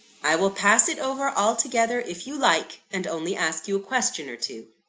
i will pass it over altogether, if you like and only ask you a question or two.